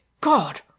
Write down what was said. God